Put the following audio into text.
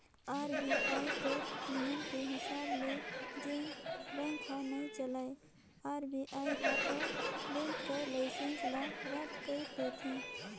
RBI कर नियम के हिसाब ले जेन बेंक हर नइ चलय आर.बी.आई हर ओ बेंक कर लाइसेंस ल रद कइर देथे